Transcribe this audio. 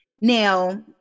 Now